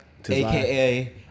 aka